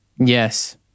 Yes